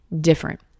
different